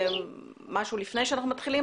משהו לפני שאנחנו מתחילים?